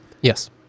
Yes